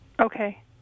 Okay